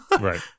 Right